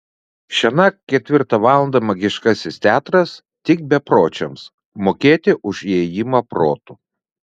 šiąnakt ketvirtą valandą magiškasis teatras tik bepročiams mokėti už įėjimą protu